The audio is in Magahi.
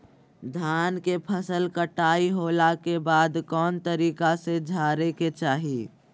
धान के फसल कटाई होला के बाद कौन तरीका से झारे के चाहि?